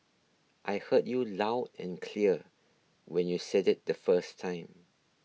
I heard you loud and clear when you said it the first time